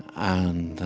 and